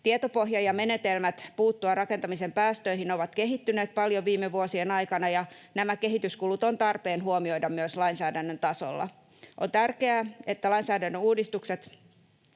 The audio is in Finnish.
Tietopohja ja menetelmät puuttua rakentamisen päästöihin ovat kehittyneet paljon viime vuosien aikana, ja nämä kehityskulut on tarpeen huomioida myös lainsäädännön tasolla. On tärkeää, että lainsäädännön uudistukset